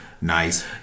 nice